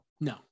No